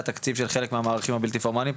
התקציב של חלק מהמערכים הבלתי פורמליים,